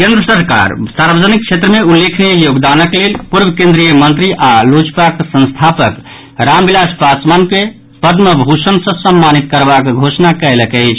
केन्द्र सरकार सार्वजनिक क्षेत्र मे उल्लेखनीय योगदानक लेल पूर्व केन्द्रीय मंत्री आओर लोजपाक संस्थापक रामविलास पासवान के पद्म भूषण सँ सम्मानित करबाक घोषणा कयलक अछि